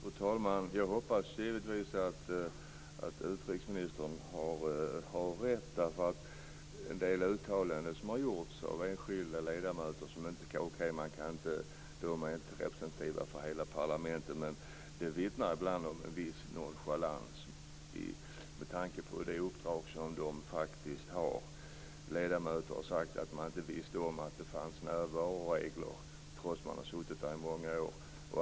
Fru talman! Jag hoppas givetvis att utrikesministern har rätt. En del uttalanden som har gjorts av enskilda ledamöter, som i och för sig inte är representativa för hela parlamentet, vittnar ibland om en viss nonchalans med tanke på det uppdrag som de faktiskt har. Ledamöter har sagt att de inte visste om att det fanns närvaroregler trots att de har suttit där i många år.